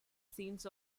scenes